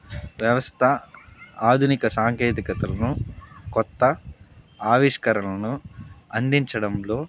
వ్యవస్థ ఆధునిక సాంకేతికతలను కొత్త ఆవిష్కరణలను అందించడంలో